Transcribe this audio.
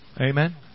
Amen